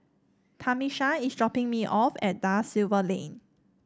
Tamisha is dropping me off at Da Silva Lane